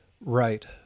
Right